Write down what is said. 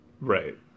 Right